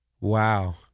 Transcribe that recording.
Wow